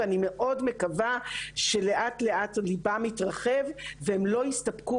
ואני מאוד מקווה שלאט לאט ליבם יתרחב והם לא יסתפקו